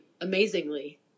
amazingly